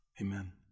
amen